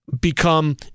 become